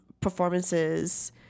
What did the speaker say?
performances